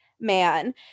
man